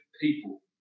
people